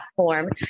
platform